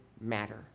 matter